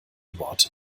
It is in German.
worte